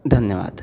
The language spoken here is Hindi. धन्यवाद